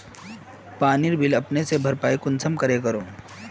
पानीर बिल अपने से भरपाई कुंसम करे करूम?